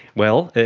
well,